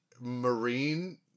Marine